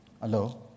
Hello